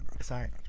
Sorry